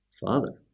Father